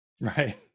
right